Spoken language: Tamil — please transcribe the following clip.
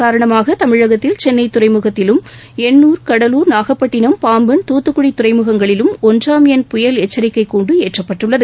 காரணமாகதமிழகத்தில் சென்னைதுறைமுகத்திலும் எண்ணூர் கடலூர் நாகப்பட்டினம் பாம்பன் இதன் தூத்துக்குட துறைமுகங்களிலும் ஒன்றாம் எண் புயல் எச்சரிக்கைகூண்டுஏற்றப்பட்டுள்ளது